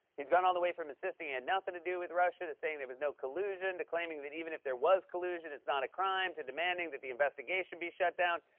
he's gone all the way from insisting he had and nothing to do with russia to saying there was no collusion to claiming that even if there was collusion, it's not a crime, to demanding that the investigation be shut down.